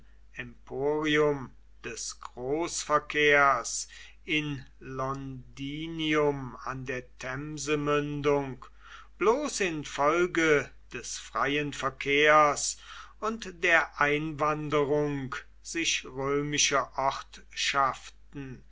emporium des großverkehrs in londinium an der themsemündung bloß infolge des freien verkehrs und der einwanderung sich